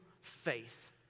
faith